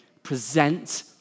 Present